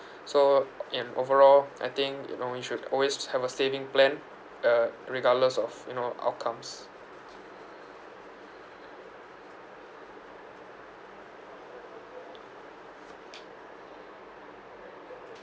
so in overall I think you know you should always have a saving plan uh regardless of you know outcomes